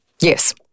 yes